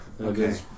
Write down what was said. Okay